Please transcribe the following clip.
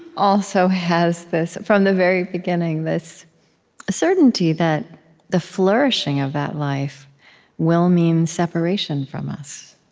also has this from the very beginning, this certainty that the flourishing of that life will mean separation from us,